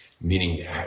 meaning